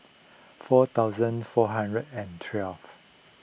four thousand four hundred and twelve